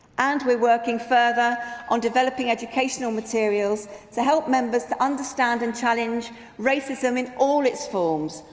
and we're working further on developing educational materials to help members to understand and challenge racism in all its forms,